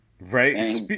Right